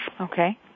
Okay